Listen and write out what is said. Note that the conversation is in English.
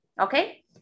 Okay